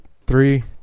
three